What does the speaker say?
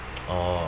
orh